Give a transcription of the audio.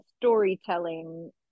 storytelling